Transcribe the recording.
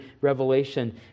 Revelation